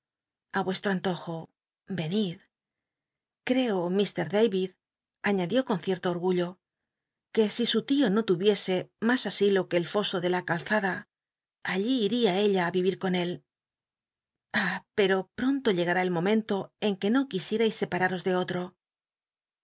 a vuestro antojo ycnid creo m añadió con cierto orgullo que si su tio no tuyicsc mas asilo que el foso ele la calzada allí il'ia ella á yivit con él ah pero pronto llegará el momento en que no qubiemis separaros de otro